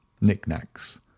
knick-knacks